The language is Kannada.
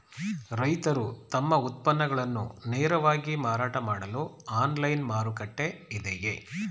ರೈತರು ತಮ್ಮ ಉತ್ಪನ್ನಗಳನ್ನು ನೇರವಾಗಿ ಮಾರಾಟ ಮಾಡಲು ಆನ್ಲೈನ್ ಮಾರುಕಟ್ಟೆ ಇದೆಯೇ?